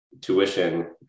tuition